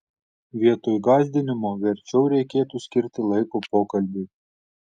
vietoj gąsdinimo verčiau reikėtų skirti laiko pokalbiui